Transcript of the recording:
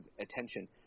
attention